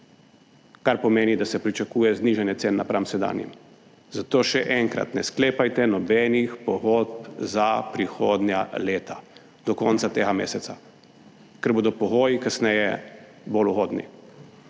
kar pomeni, da se pričakuje znižanje cen napram sedanjim. Zato še enkrat: ne sklepajte nobenih pogodb za prihodnja leta do konca tega meseca, ker bodo pogoji kasneje bolj ugodni